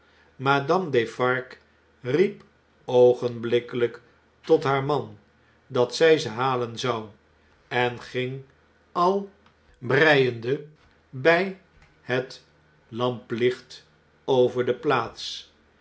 madame defarge riep oogenblikkelijk tot haar man dat zg ze halen zou en ging al breiende bij het lamplicht over de plaats